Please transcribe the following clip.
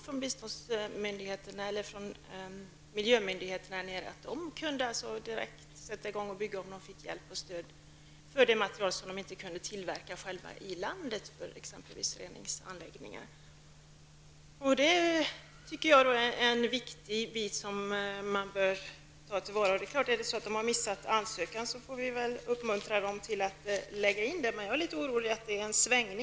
Från miljömyndigheterna där menar man att man direkt skulle kunna sätta i gång att bygga om man fick hjälp och stöd med sådant material som man inte själv kan tillverka i landet och som behövs för byggande av exempelvis reningsanläggningar. Jag menar att detta är något viktigt som man bör ta till vara. Om de inte har gjort någon ansökan, får vi väl uppmuntra dem att lägga in en sådan. Jag är emellertid litet orolig för att det är fråga om en svängning.